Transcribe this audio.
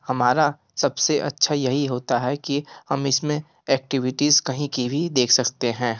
हमारा सबसे अच्छा यही होता है कि हम इसमें एक्टिविटीज़ कहीं की भी देख सकते हैं